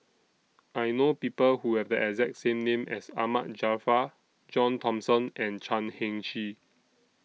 I know People Who Have The exact same name as Ahmad Jaafar John Thomson and Chan Heng Chee